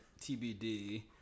TBD